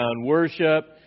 worship